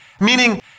Meaning